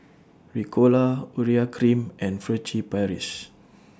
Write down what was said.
Ricola Urea Cream and Furtere Paris